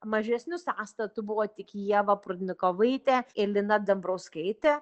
mažesniu sąstatu buvo tik ieva prudnikovaitė ir lina dambrauskaitė